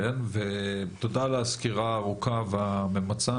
תודה על הסקירה הארוכה והממצה.